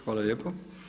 Hvala lijepo.